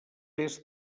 est